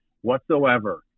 whatsoever